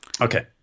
Okay